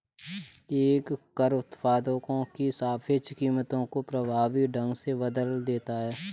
एक कर उत्पादों की सापेक्ष कीमतों को प्रभावी ढंग से बदल देता है